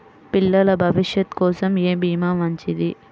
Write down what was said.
పిల్లల భవిష్యత్ కోసం ఏ భీమా మంచిది?